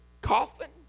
coffin